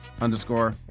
underscore